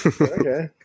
Okay